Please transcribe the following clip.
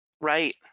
Right